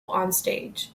onstage